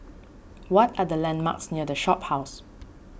what are the landmarks near the Shophouse